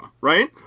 Right